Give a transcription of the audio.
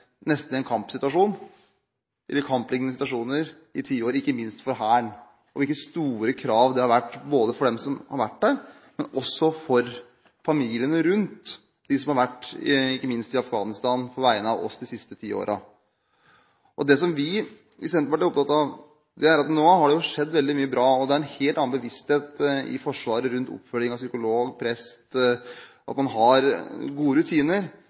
situasjoner, men også for familiene til dem som f.eks. har vært i Afghanistan på vegne av oss de siste ti årene. Det er vi i Senterpartiet opptatt av. Nå har det skjedd veldig mye bra, og det er en helt annen bevissthet i Forsvaret med hensyn til oppfølging av psykolog og prest. Man har gode rutiner.